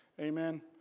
Amen